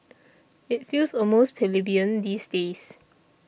it feels almost plebeian these days